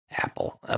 Apple